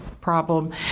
problem